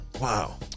Wow